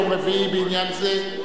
יש שאילתא בעל-פה בעניין זה ביום רביעי.